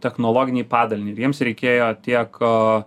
technologinį padalinį ir jiems reikėjo tiek